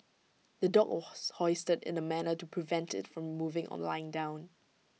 the dog hoisted in A manner to prevent IT from moving or lying down